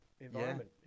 environment